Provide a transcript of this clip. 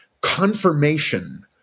confirmation